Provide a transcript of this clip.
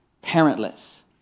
parentless